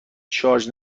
شارژ